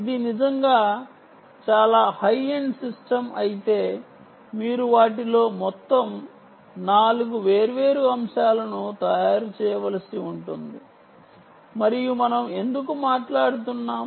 ఇది నిజంగా చాలా హై ఎండ్ సిస్టమ్ అయితే మీరు వాటిలో మొత్తం 4 వేర్వేరు అంశాలను తయారు చేయవలసి ఉంటుంది మరియు మనం ఎందుకు మాట్లాడుతున్నాం